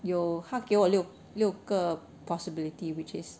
有他给我六六个 possibilities which is